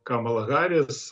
kamalą haris